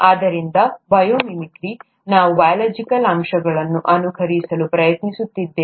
ಆದ್ದರಿಂದ biomimicry ನಾವು biological ಅಂಶಗಳನ್ನು ಅನುಕರಿಸಲು ಪ್ರಯತ್ನಿಸುತ್ತಿದ್ದೇವೆ